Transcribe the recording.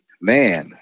Man